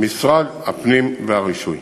משרד הפנים והרישוי.